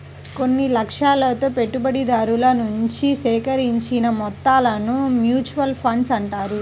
కొన్ని లక్ష్యాలతో పెట్టుబడిదారుల నుంచి సేకరించిన మొత్తాలను మ్యూచువల్ ఫండ్స్ అంటారు